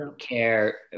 care